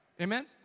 Amen